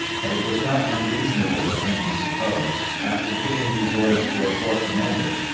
but it was not unreasonable for him to suppose, after giving these orders to a corps commander,